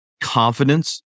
confidence